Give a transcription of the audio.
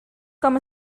com